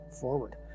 forward